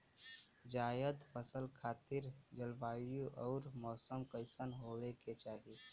जायद फसल खातिर जलवायु अउर मौसम कइसन होवे के चाही?